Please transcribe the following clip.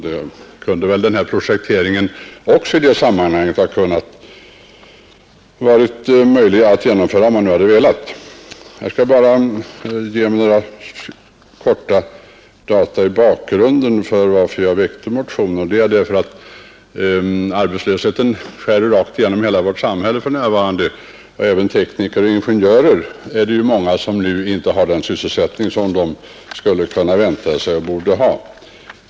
Då kunde nog också denna projektering ha varit möjlig att genomföra, om man bara hade velat. Jag skall bara kort ge några data såsom bakgrund till att jag väckte motionen. Arbetslösheten skär rakt igenom hela vårt samhälle för närvarande. Även många tekniker och ingenjörer saknar nu den sysselsättning som de borde ha.